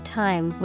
time